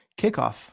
kickoff